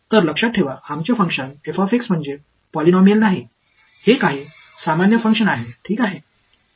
तर लक्षात ठेवा आमचे फंक्शन म्हणजे पॉलिनॉमियल नाही हे काही सामान्य फंक्शन आहे ठीक आहे